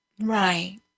Right